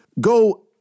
go